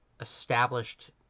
established